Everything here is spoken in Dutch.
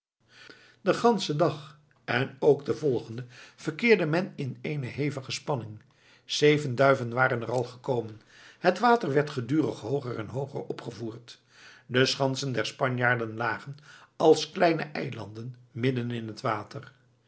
den ganschen dag en ook den volgenden verkeerde men in eene hevige spanning zeven duiven waren er al gekomen het water werd gedurig hooger en hooger opgevoerd de schansen der spanjaarden lagen als kleine eilanden midden in het water